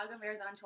Marathon